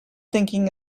thinking